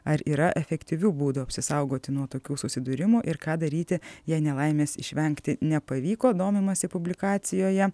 ar yra efektyvių būdų apsisaugoti nuo tokių susidūrimų ir ką daryti jei nelaimės išvengti nepavyko domimasi publikacijoje